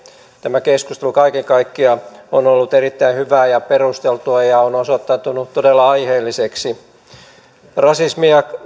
tämä keskustelu kaiken kaikkiaan on ollut erittäin hyvää ja perusteltua ja on osoittautunut todella aiheelliseksi rasismi ja